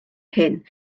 hyn